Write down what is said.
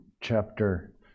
chapter